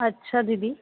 अच्छा दीदी